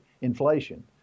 Inflation